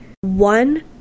One